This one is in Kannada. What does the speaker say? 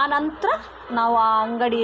ಆ ನಂತರ ನಾವು ಆ ಅಂಗಡಿ